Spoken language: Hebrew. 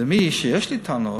למי שיש לי טענות